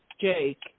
Jake